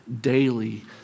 daily